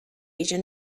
asian